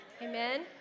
amen